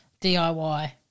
DIY